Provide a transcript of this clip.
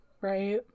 right